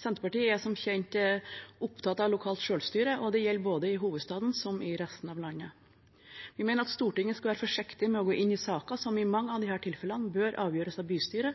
Senterpartiet er som kjent opptatt av lokalt selvstyre, og det gjelder både i hovedstaden og i resten av landet. Vi mener at Stortinget skal være forsiktig med å gå inn i saker som i mange av disse tilfellene bør avgjøres av bystyret,